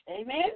Amen